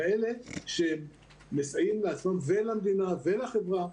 כאלה שמסייעים למדינה ולחברה.